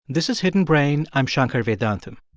this is hidden brain. i'm shankar vedantam.